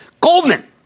Goldman